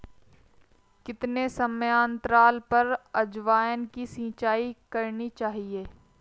कितने समयांतराल पर अजवायन की सिंचाई करनी चाहिए?